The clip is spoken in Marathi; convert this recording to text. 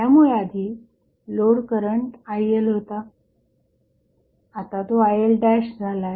त्यामुळे आधी लोड करंट IL होता आता तो IL'झाला आहे